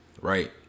right